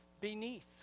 beneath